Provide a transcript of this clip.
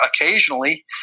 occasionally